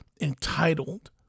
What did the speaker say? entitled